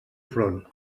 front